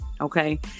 Okay